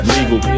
Legal